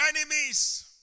enemies